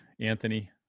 Anthony